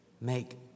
make